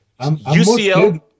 UCL